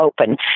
open